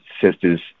sisters